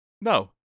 No